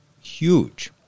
huge